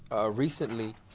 recently